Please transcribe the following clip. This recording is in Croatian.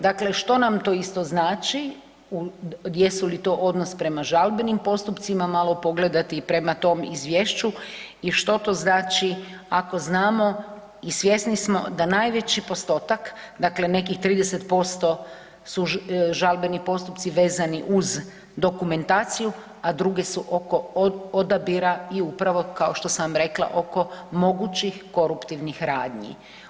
Dakle, što nam to isto znači, jesu li to odnos prema žalbenim postupcima malo pogledati prema tom izvješću i što to znači ako znamo i svjesni smo da najveći postotak, dakle nekih 30% su žalbeni postupci vezani uz dokumentaciju, a drugi su oko odabira i upravo kao što sam rekla oko mogućih koruptivnih radnji.